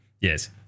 yes